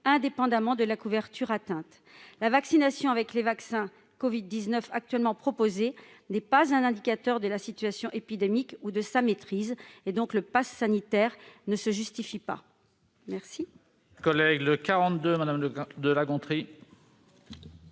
indépendamment de la couverture vaccinale. La vaccination avec les produits actuellement proposés n'est pas un indicateur de la situation épidémique ou de sa maîtrise. Le passe sanitaire ne se justifie donc